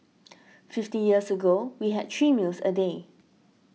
fifty years ago we had three meals a day